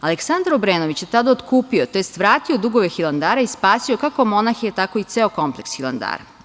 Aleksandar Obrenović je tada otkupio, tj. vratio dugove Hilandara i spasio kako monahe tako i ceo kompleks Hilandara.